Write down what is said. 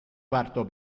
quarto